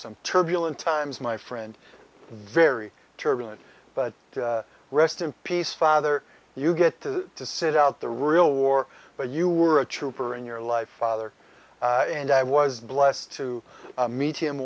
some turbulent times my friend very turbulent but rest in peace father you get to sit out the real war but you were a trooper in your life father and i was blessed to meet him